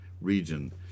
Region